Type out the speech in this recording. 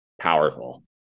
powerful